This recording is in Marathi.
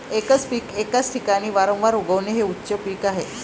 एकच पीक एकाच ठिकाणी वारंवार उगवणे हे उच्च पीक आहे